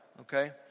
okay